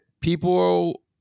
people